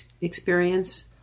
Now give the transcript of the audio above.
experience